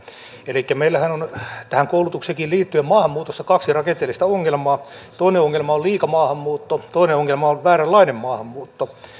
elikkä meillähän on tähän koulutukseenkin liittyen maahanmuutossa kaksi rakenteellista ongelmaa toinen ongelma on liika maahanmuutto toinen ongelma on vääränlainen maahanmuutto